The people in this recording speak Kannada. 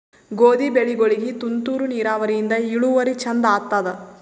ಗೋಧಿ ಬೆಳಿಗೋಳಿಗಿ ತುಂತೂರು ನಿರಾವರಿಯಿಂದ ಇಳುವರಿ ಚಂದ ಆತ್ತಾದ?